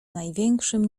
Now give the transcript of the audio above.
największym